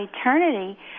eternity